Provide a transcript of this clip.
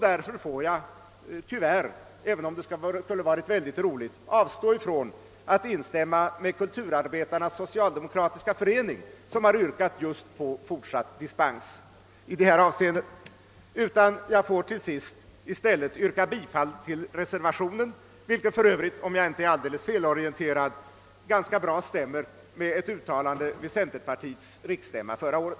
Därför får jag tyvärr, även om det hade varit mycket roligt, avstå från att instämma med Kulturarbetarnas socialdemokratiska förenings yrkande på just fortsatt dispens i detta avseende. Jag ber till sist att i stället få yrka bifall till reservationen, vilken för Övrigt, om jag inte är alldeles felorienterad, ganska bra stämmer med ett uttalande vid centerpartiets riksstämma förra året.